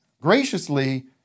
graciously